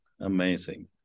Amazing